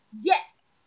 yes